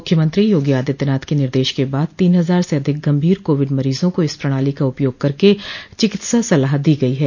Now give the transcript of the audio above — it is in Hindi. मुख्यमंत्री योगी आदित्यनाथ के निर्देश के बाद तीन हजार से अधिक गंभीर कोविड मरीजों को इस प्रणाली का उपयोग करके चिकित्सा सलाह दी गई है